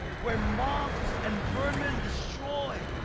where moths and vermin destroy,